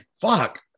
fuck